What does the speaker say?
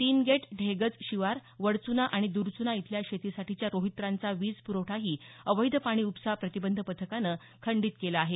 तीन गेट ढेगज शिवार वडच्ना आणि दरच्ना इथल्या शेतीसाठीच्या रोहित्रांचा वीज प्रवठाही अवैध पाणी उपसा प्रतिबंध पथकानं खंडीत केला आहे